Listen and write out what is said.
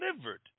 delivered